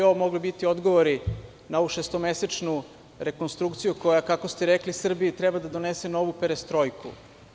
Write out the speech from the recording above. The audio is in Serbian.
Sve bi ovo biti odgovori na ovu šestomesečnu rekonstrukciju koja, kako ste rekli, Srbiji treba da donese novu perestrojku.